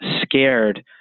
scared